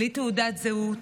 בלי תעודת זהות,